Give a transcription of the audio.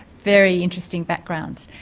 very interesting backgrounds.